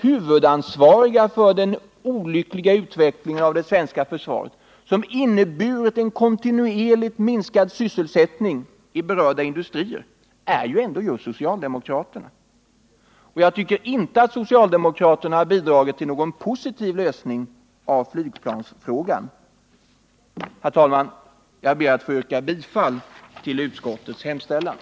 Huvudansvariga för den olyckliga utvecklingen av det svenska försvaret, som inneburit en kontinuerligt minskad sysselsättning i berörda industrier, är ändå just socialdemokraterna. Jag tycker inte att de har bidragit till någon positiv lösning av flygplansfrågan. Herr talman! Jag ber att få yrka bifall till förslagen i utskottets betänkande.